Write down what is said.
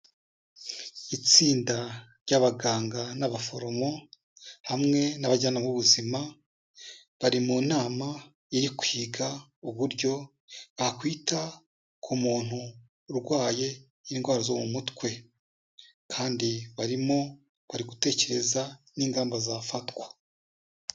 Itsinda ry'abaganga n'abaforomo hamwe n'abajyanama b'ubuzima bari mu nama iri kwiga uburyo bakwita ku muntu urwaye indwara zo mu mutwe, kandi barimo bari gutekereza n'ingamba zafatwa.